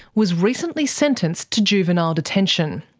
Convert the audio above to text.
was recently sentenced to juvenile detention.